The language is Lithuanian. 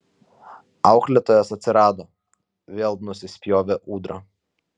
auklėtojas atsirado vėl nusispjovė ūdra